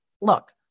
look